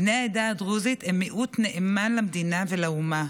בני העדה הדרוזית הם מיעוט נאמן למדינה ולאומה.